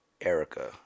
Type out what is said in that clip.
Erica